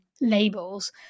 labels